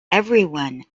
everyone